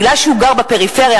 כי הוא גר בפריפריה,